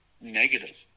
negative